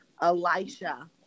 Elisha